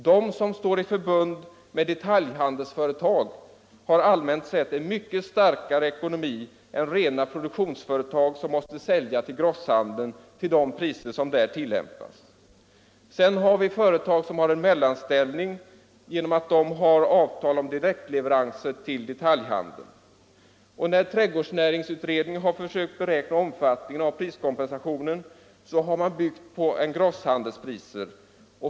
De som står i förbund med detaljhandelsföretag har allmänt sett en mycket starkare ekonomi än rena produktionsföretag, som måste sälja till grosshandeln till de priser som där tillämpas. Vissa företag intar en mellanställning genom att de har avtal om direktleverans till detaljhandeln. När trädgårdsnäringsutredningen har försökt beräkna omfattningen av priskompensationen har den byggt på engroshandelspriser.